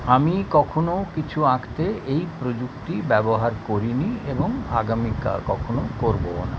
আমি কখনো কিছু আঁকতে এই প্রযুক্তি ব্যবহার করি নি এবং আগামীকা কখনো করবোও না